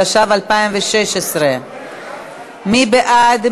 התשע"ו 2016. מי בעד?